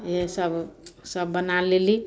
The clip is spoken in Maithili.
इएहसब सब बना लेली